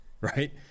right